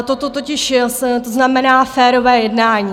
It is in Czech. Toto totiž znamená férové jednání.